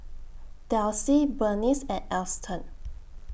Delsie Berniece and Alston